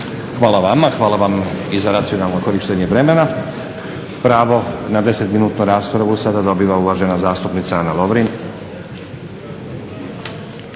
Hvala vama. Hvala vam i za racionalno korištenje vremena. Pravo na 10-minutnu raspravu sada dobiva uvažena zastupnica Ana Lovrin.